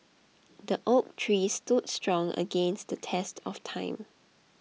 the oak tree stood strong against the test of time